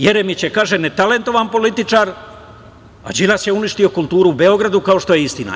Jeremić je, kaže, netalentovan političar, a Đilas je uništio kulturu u Beogradu, kao što je istina.